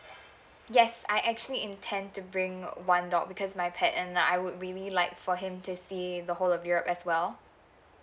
yes I actually intend to bring one dog because my pet and I would really like for him to see the whole of europe as well